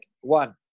One